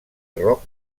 rock